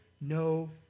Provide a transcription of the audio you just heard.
no